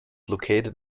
located